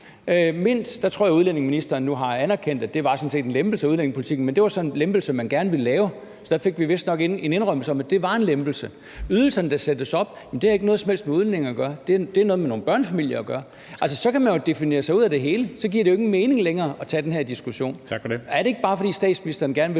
Mint? Der tror jeg udlændingeministeren nu har anerkendt, at det sådan set var en lempelse af udlændingepolitikken, men det var så en lempelse, man gerne ville lave. Så der fik vi vistnok en indrømmelse af, at det var en lempelse. Ydelserne, der sættes op? Jamen det har ikke noget som helst med udlændinge at gøre. Det har noget med nogle børnefamilier at gøre. Altså, så kan man jo definere sig ud af det hele. Så giver det jo ingen mening længere at tage den her diskussion. Er det ikke bare, fordi statsministeren gerne vil